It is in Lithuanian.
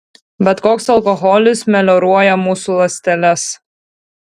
bet koks alkoholis melioruoja mūsų ląsteles